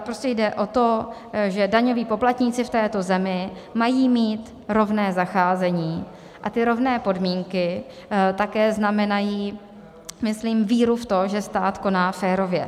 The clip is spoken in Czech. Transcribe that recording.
Prostě jde o to, že daňoví poplatníci v této zemi mají mít rovné zacházení, a ty rovné podmínky také znamenají myslím víru v to, že stát koná férově.